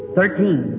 Thirteen